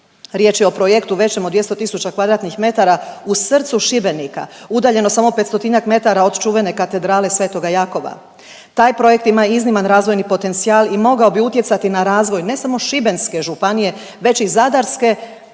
Riječ je o projektu većem od 200 000 kvadratnih metara u srcu Šibenika udaljeno samo 500-tinjak metara od čuvene katedrale sv. Jakova. Taj projekt ima izniman razvojni potencijal i mogao bi utjecati na razvoj ne samo Šibenske županije već i Zadarske,